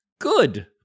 Good